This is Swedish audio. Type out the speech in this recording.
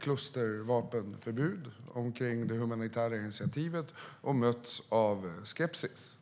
klustervapenförbud och det humanitära initiativet och bemötts med skepsis.